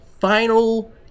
final